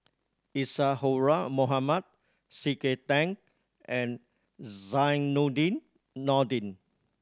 Isadhora Mohamed C K Tang and Zainudin Nordin